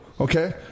okay